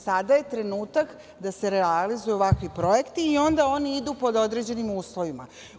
Sada je trenutak da se realizuju ovakvi projekti i onda oni idu pod određenim uslovima.